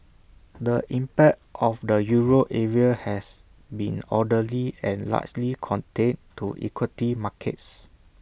the impact of the euro area has been orderly and largely contained to equity markets